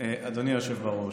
אדוני היושב בראש,